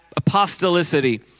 apostolicity